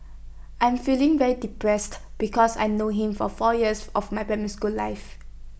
I'm feeling very depressed because I've known him for four years of my primary school life